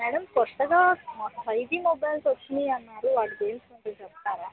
madam కొత్తగా five G mobiles వచ్చాయి అన్నారు వాటి నేమ్స్ కొంచెం చెప్తారా